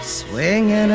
swinging